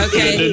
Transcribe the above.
Okay